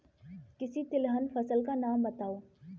किसी तिलहन फसल का नाम बताओ